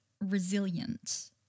resilient